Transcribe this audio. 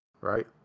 right